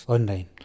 Online